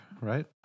right